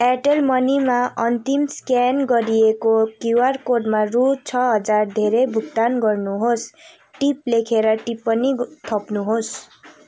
Airtel मनीमा अन्तिम scan गरिएको क्युआर कोडमा रु छ हजार धेरै भुक्तान गर्नुहोस् टिप लेखेर टिप्पणी थप्नुहोस्